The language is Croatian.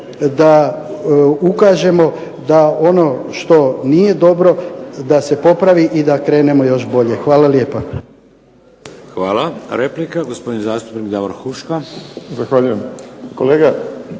da ukažemo da ono što nije dobro da se popravi i da krenemo još bolje. Hvala lijepa. **Šeks, Vladimir (HDZ)** Hvala. Replika, gospodin zastupnik Davor Huška. **Huška,